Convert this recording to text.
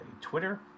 Twitter